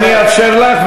אני אאפשר לך,